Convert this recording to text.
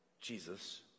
Jesus